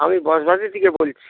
আমি বজবজ থেকে বলছি